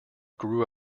grew